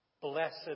Blessed